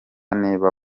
niba